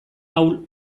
ahul